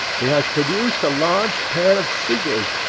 he has produced a large pair of scissors,